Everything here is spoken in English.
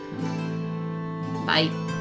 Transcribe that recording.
Bye